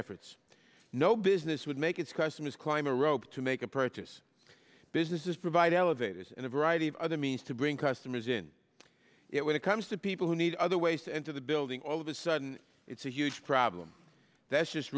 efforts no business would make its customers climb a rope to make a purchase businesses provide elevators and a variety of other means to bring customers in it when it comes to people who need other ways to enter the building all of a sudden it's a huge problem that's just